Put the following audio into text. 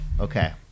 Okay